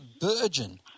Virgin